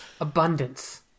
Abundance